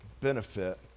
benefit